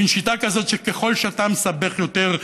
מין שיטה כזאת שככל שאתה מסבך יותר,